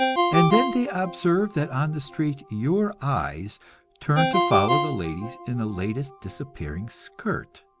and then they observe that on the street your eyes turn to follow the ladies in the latest disappearing skirt?